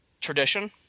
Tradition